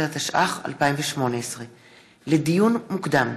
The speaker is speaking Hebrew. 11), התשע"ח 2018. לדיון מוקדם,